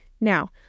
Now